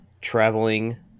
traveling